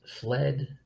fled